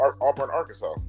Auburn-Arkansas